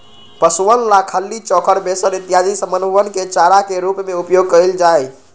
पशुअन ला खली, चोकर, बेसन इत्यादि समनवन के चारा के रूप में उपयोग कइल जाहई